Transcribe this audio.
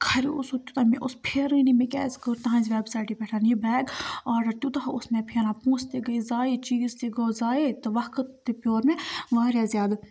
کھریو سُہ تیوٗتاہ مےٚ اوس پھیرٲنی مےٚ کیٛازِ کٔر تَہَنٛزِ وٮ۪بسایٹہِ پٮ۪ٹھ یہِ بیگ آڈَر تیوٗتاہ اوس مےٚ پھیران پونٛسہٕ تہِ گٔے زایے چیٖز تہِ گوٚو زایے تہٕ وقت تہِ پیور مےٚ واریاہ زیادٕ